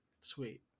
Sweet